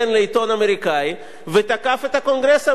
אמריקני ותקף את הקונגרס האמריקני.